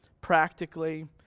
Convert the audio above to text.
practically